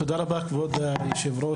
תודה רבה כבוד היושב-ראש.